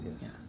yes